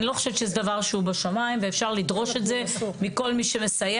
אני לא חושבת שהוא דבר שהוא בשמיים ואפשר לדרוש את זה מכל מי שמסייעת.